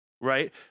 right